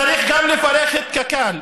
צריך גם לפרק את קק"ל.